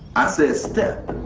i said step,